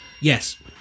Yes